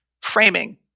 framing